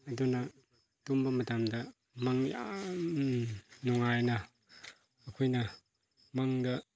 ꯑꯗꯨꯅ ꯇꯨꯝꯕ ꯃꯇꯝꯗ ꯃꯪ ꯌꯥꯝ ꯅꯨꯡꯉꯥꯏꯅ ꯑꯩꯈꯣꯏꯅ ꯃꯪꯗ